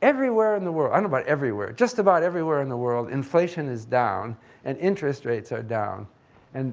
everywhere in the world, i don't know about everywhere, just about everywhere in the world, inflation is down and interest rates are down and